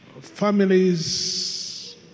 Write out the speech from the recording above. families